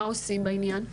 מה עושים בעניין?